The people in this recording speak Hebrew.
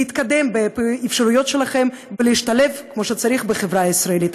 להתקדם באפשרויות שלכם ולהשתלב כמו שצריך בחברה הישראלית.